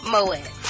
Moet